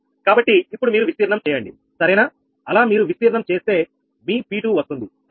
కాబట్టి ఇప్పుడు మీరు విస్తీర్ణం చేయండి సరేనా అలా మీరు విస్తీర్ణం చేస్తే మీ P2 వస్తుంది సరేనా